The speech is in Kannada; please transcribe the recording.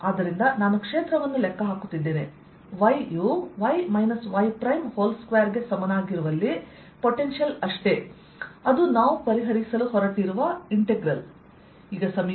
ಆದ್ದರಿಂದ ನಾನು ಕ್ಷೇತ್ರವನ್ನು ಲೆಕ್ಕ ಹಾಕುತ್ತಿದ್ದೇನೆ y ಯುy y2 ಗೆ ಸಮನಾಗಿರುವಲ್ಲಿ ಪೊಟೆನ್ಶಿಯಲ್ ಅಷ್ಟೇ ಅದು ನಾವು ಪರಿಹರಿಸಲು ಹೊರಟಿರುವ ಇಂಟೆಗ್ರಲ್